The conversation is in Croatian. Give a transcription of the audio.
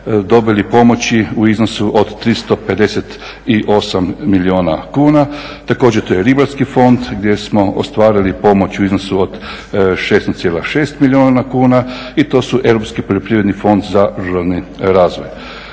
dobili pomoći u iznosu od 358 milijuna. također to je Ribarski fond gdje smo ostvarili pomoć u iznosu od …/Govornik se ne razumije./… milijuna kuna i to su Europski poljoprivredni fond za ruralni razvoj.